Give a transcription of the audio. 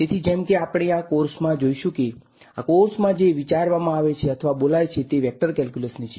તેથી જેમ કે આપણે આ કોર્સમાં જોઈશુ કે આ કોર્સમાં જે વિચારવામાં આવે છે અથવા બોલાય છે તે વેક્ટર કેલ્ક્યુલસની છે